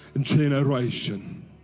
generation